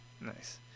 nice